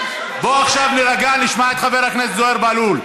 בואו עכשיו נירגע, נשמע את חבר הכנסת זוהיר בהלול.